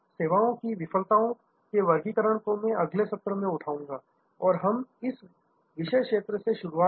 सेवाओं की विफलताओं के वर्गीकरण को मैं अगले सत्र में उठाऊंगा और हम इस विषय क्षेत्र से शुरुआत करेंगे